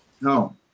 No